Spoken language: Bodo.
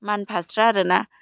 मान फास्रा आरो ना